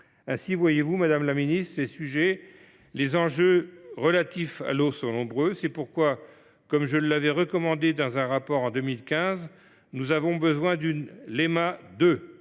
Vous le voyez, madame la ministre, les enjeux relatifs à l’eau sont nombreux. C’est pourquoi, comme je l’avais recommandé dans un rapport en 2015, nous avons besoin d’une